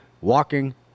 walking